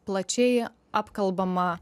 plačiai apkalbama